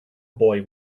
boy